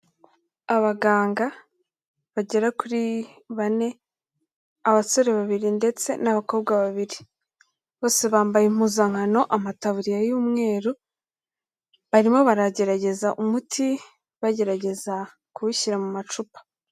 Abaganga bagera kuri bane, abasore babiri ndetse n'abakobwa babiri, bose bambaye impuzankano, amataburiya y'umweru, barimo baragerageza umuti, bagerageza kuwushyira mu macupa.